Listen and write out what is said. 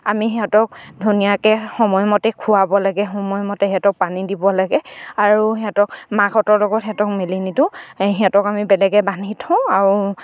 আমি সিহঁতক ধুনীয়াকে সময়মতে খোৱাব লাগে সময়মতে সিহঁতক পানী দিব লাগে আৰু সিহঁতক মাকহঁতৰ লগত সিহঁতক মেলি নিদিওঁ সিহঁতক আমি বেলেগে বান্ধি থওঁ আৰু